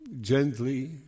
gently